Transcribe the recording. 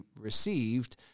received